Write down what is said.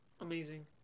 amazing